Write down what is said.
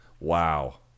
Wow